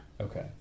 okay